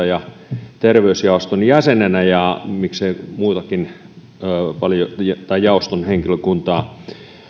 ja terveysjaoston jäsenenä ja miksei muutakin jaoston henkilökuntaa